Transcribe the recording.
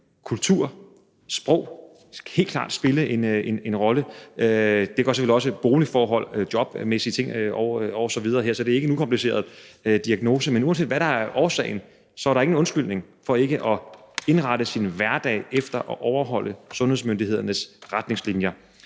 Kultur og sprog kan helt klart spille en rolle, og det gør boligforhold, jobmæssige ting osv. selvfølgelig også, så det er ikke en ukompliceret diagnose. Men uanset hvad der er årsagen, er der ingen undskyldning for ikke at indrette sin hverdag efter at overholde sundhedsmyndighedernes retningslinjer.